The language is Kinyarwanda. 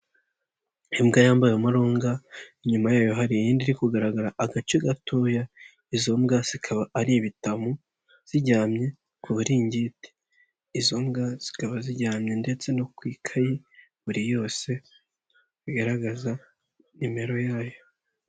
Imbwa yambaye umurunga, inyuma yayo hari iyindi, iri kugaragara agace gatoya, izo mbwa zikaba ari ibitabo ziryamye ku buringiti. Izo mbwa zikaba ziryamye ndetse no ku ikayi, buri yose igaragaza nimero yayo.